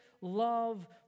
love